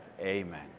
Amen